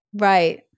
right